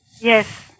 Yes